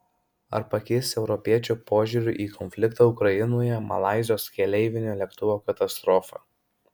ar pakeis europiečių požiūrį į konfliktą ukrainoje malaizijos keleivinio lėktuvo katastrofa